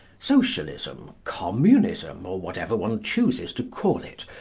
socialism, communism, or whatever one chooses to call it,